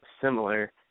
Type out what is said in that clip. similar